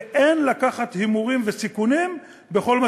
ואין לקחת הימורים וסיכונים בכל מה